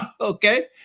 Okay